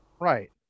Right